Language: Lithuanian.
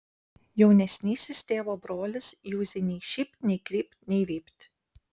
jaunesnysis tėvo brolis juzei nei šypt nei krypt nei vypt